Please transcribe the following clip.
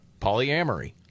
Polyamory